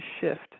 shift